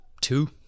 Two